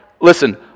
listen